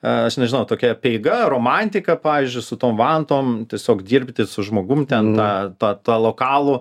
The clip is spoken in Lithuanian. aš nežinau tokia apeiga romantika pavyzdžiui su tom vantom tiesiog dirbti su žmogum t tą tą tą lokalų